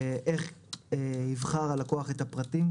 ואיך יבחר הלקוח את הפרטים.